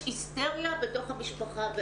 יש היסטריה בתוך המשפחה.